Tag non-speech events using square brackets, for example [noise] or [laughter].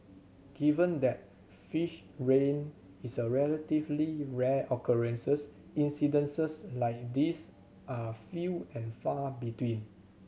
given that fish rain is a relatively rare occurrences [unintelligible] like these are few and far between